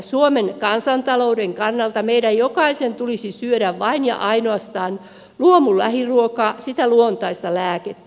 suomen kansantalouden kannalta meidän jokaisen tulisi syödä vain ja ainoastaan luomulähiruokaa sitä luontaista lääkettä